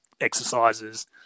exercises